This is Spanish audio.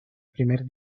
primer